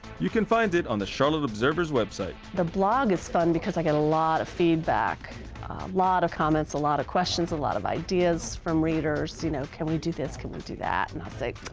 you can find it on the charlotte observer's website. the blog is fun because i get a lot of feedback, a lot of comments, a lot of questions, a lot of ideas from readers you know, can we do this, can we do that? and i'll say,